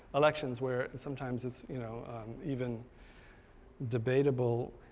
elections where sometimes it's you know even debatable